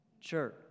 church